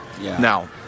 Now